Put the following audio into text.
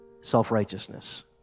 self-righteousness